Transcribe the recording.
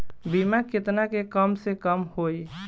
बीमा केतना के कम से कम होई?